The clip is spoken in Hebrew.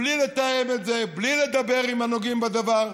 בלי לתאם את זה, בלי לדבר עם הנוגעים בדבר.